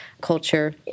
culture